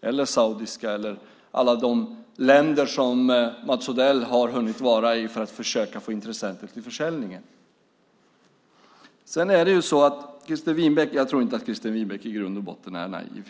den saudiska staten eller något av de andra länder som Mats Odell har hunnit vara i för att försöka få intressenter till försäljningen? Jag tror inte att Christer Winbäck i grund och botten är naiv.